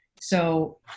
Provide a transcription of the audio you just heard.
So-